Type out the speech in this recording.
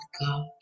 God